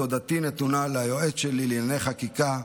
תודתי נתונה ליועץ שלי לענייני חקיקה,